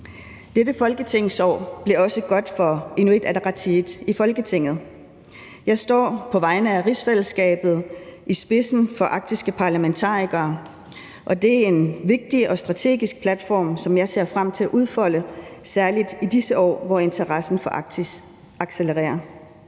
Dette folketingsår blev også godt for Inuit Ataqatigiit i Folketinget. Jeg står på vegne af rigsfællesskabet i spidsen for Arktiske Parlamentarikere, og det er en vigtig og strategisk platform, som jeg ser frem til at udfolde særlig i disse år, hvor interessen for Arktis accelererer.